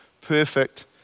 perfect